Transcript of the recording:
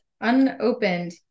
Unopened